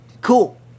cool